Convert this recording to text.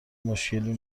مشکلی